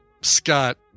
Scott